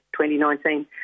2019